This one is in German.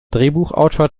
drehbuchautor